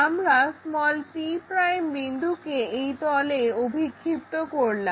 আমরা p' বিন্দুকে ওই তলে অভিক্ষিপ্ত করলাম